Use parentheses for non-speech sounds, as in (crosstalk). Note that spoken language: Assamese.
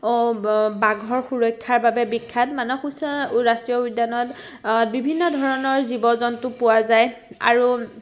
(unintelligible) বাঘৰ সুৰক্ষাৰ বাবে বিখ্যাত মানাহ (unintelligible) ৰাষ্ট্ৰীয় উদ্যানত বিভিন্ন ধৰণৰ জীৱ জন্তু পোৱা যায় আৰু